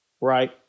right